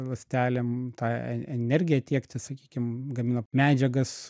ląstelėm tą e energiją tiekti sakykim gaminat medžiagas